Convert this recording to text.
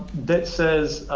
that says